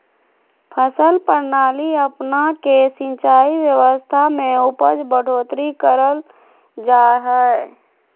फसल प्रणाली अपना के सिंचाई व्यवस्था में उपज बढ़ोतरी करल जा हइ